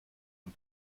ein